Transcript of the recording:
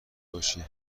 باشی